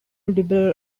liberal